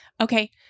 okay